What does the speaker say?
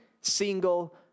single